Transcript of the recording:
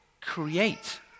create